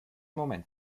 moment